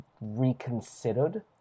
reconsidered